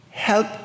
help